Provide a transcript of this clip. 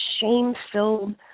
shame-filled